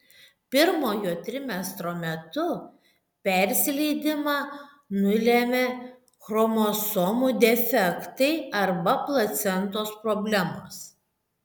pirmojo trimestro metu persileidimą nulemia chromosomų defektai arba placentos problemos